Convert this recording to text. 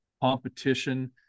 competition